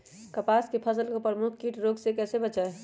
कपास की फसल को प्रमुख कीट और रोग से कैसे बचाएं?